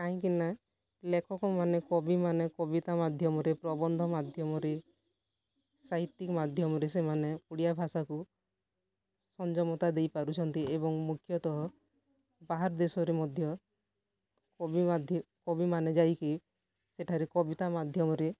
କାହିଁକି ନା ଲେଖକମାନେ କବିମାନେ କବିତା ମାଧ୍ୟମରେ ପ୍ରବନ୍ଧ ମାଧ୍ୟମରେ ସାହିତ୍ୟିକ ମାଧ୍ୟମରେ ସେମାନେ ଓଡ଼ିଆ ଭାଷାକୁ ସଞ୍ଜମତା ଦେଇପାରୁଛନ୍ତି ଏବଂ ମୁଖ୍ୟତଃ ବାହାର ଦେଶରେ ମଧ୍ୟ କବି ମାଧ୍ୟ କବିମାନେ ଯାଇକି ସେଠାରେ କବିତା ମାଧ୍ୟମରେ